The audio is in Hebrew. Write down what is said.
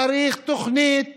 צריך תוכנית